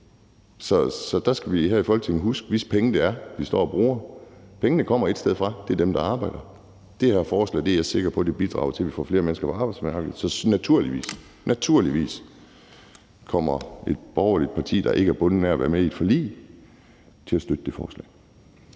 Der skal vi her i Folketinget huske, hvis penge det er, vi bruger. Pengene kommer ét sted fra, og det er fra dem, der arbejder. Det her forslag er jeg sikker på bidrager til, at vi får flere mennesker på arbejdsmarkedet, så naturligvis – naturligvis – kommer et borgerligt parti, der ikke er bundet af at være med i et forlig, til at støtte forslaget.